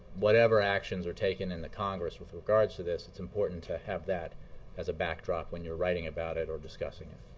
whatever actions are taken in the congress with regards to this, it's important to have that as a backdrop when you're writing about it or discussing it.